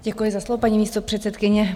Děkuji za slovo, paní místopředsedkyně.